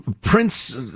Prince